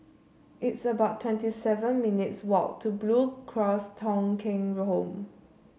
it's about twenty seven minutes' walk to Blue Cross Thong Kheng Home